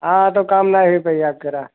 आ तो काम नाइ होइ पइहे आ केरा